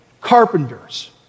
carpenters